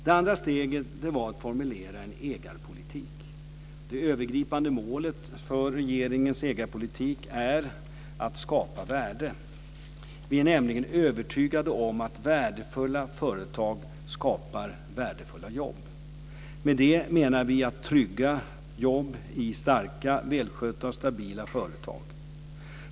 Det andra steget var att formulera en ägarpolitik. Det övergripande målet för regeringens ägarpolitik är att skapa värde. Vi är nämligen övertygade om att värdefulla företag skapar värdefulla jobb. Med det menar vi trygga jobb i starka, välskötta och stabila företag.